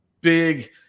big